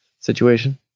situation